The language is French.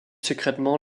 secrètement